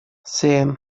семь